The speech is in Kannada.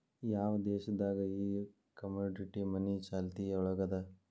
ಯಾವ್ ದೇಶ್ ದಾಗ್ ಈ ಕಮೊಡಿಟಿ ಮನಿ ಚಾಲ್ತಿಯೊಳಗದ?